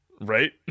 Right